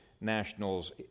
national's